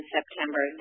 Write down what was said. September